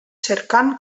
cercant